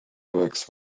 works